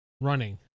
Running